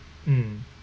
mm